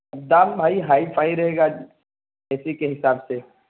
دام بھائی hi fi رہے گا اے سی کے حساب سے